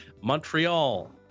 Montreal